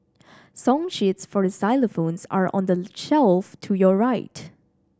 song sheets for xylophones are on the shelf to your right